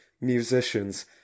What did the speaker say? musicians